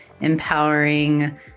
empowering